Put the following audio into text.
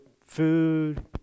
food